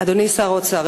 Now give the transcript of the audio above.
אדוני שר האוצר,